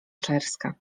czerska